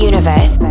Universe